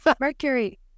Mercury